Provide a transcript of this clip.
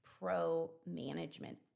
pro-management